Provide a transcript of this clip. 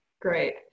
Great